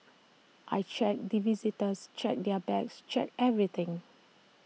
I check the visitors check their bags check everything